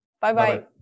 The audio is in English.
Bye-bye